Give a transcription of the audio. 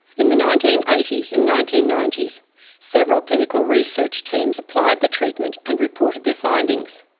in the nineteen eighty s and nineteen ninety s several clinical research teams applied the treatment and reported their findings.